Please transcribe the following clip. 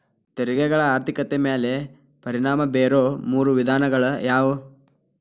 ತೆರಿಗೆಗಳ ಆರ್ಥಿಕತೆ ಮ್ಯಾಲೆ ಪರಿಣಾಮ ಬೇರೊ ಮೂರ ವಿಧಾನಗಳ ಯಾವು